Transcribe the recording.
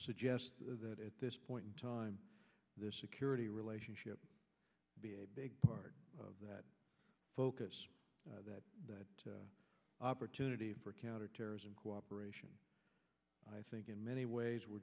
suggest that at this point in time this a curate a relationship be a big part of that focus that that opportunity for counterterrorism cooperation i think in many ways we're